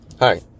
Hi